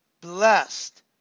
Blessed